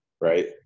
right